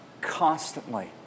constantly